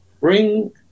bring